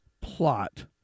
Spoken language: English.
plot